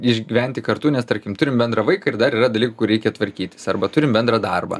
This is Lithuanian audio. išgyventi kartu nes tarkim turim bendrą vaiką ir dar yra dalykų kur reikia tvarkytis arba turim bendrą darbą